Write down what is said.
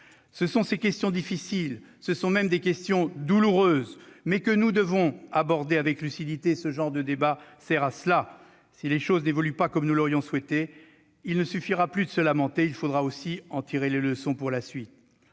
Ce sont ces questions difficiles et douloureuses que nous devons aborder avec lucidité. Ce genre de débat sert à cela. Si les choses n'évoluent pas comme nous l'aurions souhaité, il ne suffira pas de se lamenter : il faudra aussi en tirer les leçons pour la suite.